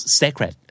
sacred